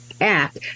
act